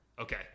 Okay